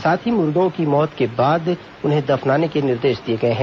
साथ ही मुर्गियों की मौत के बाद उन्हें दफनाने के निर्देश दिए गए हैं